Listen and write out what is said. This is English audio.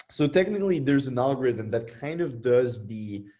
so technically, there's an algorithm that kind of does the